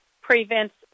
prevents